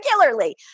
regularly